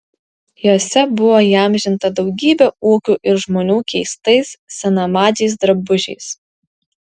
jose buvo įamžinta daugybė ūkių ir žmonių keistais senamadžiais drabužiais